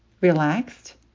Relaxed